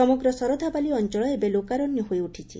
ସମଗ୍ର ଶରଧାବାଲି ଅଞ୍ଚଳ ଏବେ ଲୋକାରଣ୍ୟ ହୋଇ ଉଠିଛି